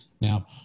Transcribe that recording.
Now